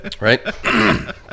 right